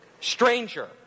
stranger